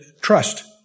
trust